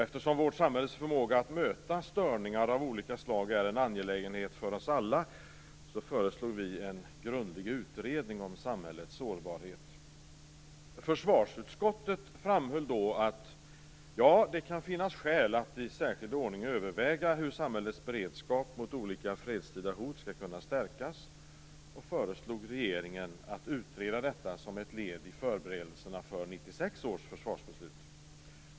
Eftersom vårt samhälles förmåga att möta störningar av olika slag är en angelägenhet för oss alla, föreslog vi en grundlig utredning om samhällets sårbarhet. Försvarsutskottet framhöll att "det kan finnas skäl att i särskild ordning överväga hur samhällets beredskap mot olika fredstida hot skall kunna stärkas" och föreslog regeringen att utreda detta som ett led i förberedelserna inför 1996 års försvarsbeslut.